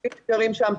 תושבים שגרים שם.